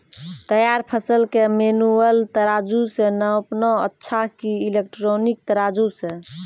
तैयार फसल के मेनुअल तराजु से नापना अच्छा कि इलेक्ट्रॉनिक तराजु से?